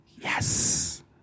yes